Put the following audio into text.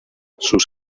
sus